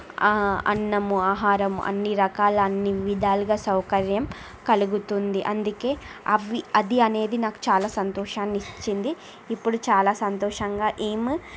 అన్నము ఆహారము అన్ని రకాల అన్ని విధాలుగా సౌకర్యం కలుగుతుంది అందుకే అవి అది అనేది నాకు చాలా సంతోషాన్ని ఇచ్చింది ఇప్పుడు చాలా సంతోషంగా ఏం